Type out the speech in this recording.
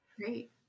Great